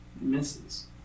misses